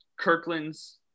Kirkland's